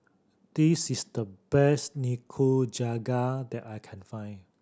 this is the best Nikujaga that I can find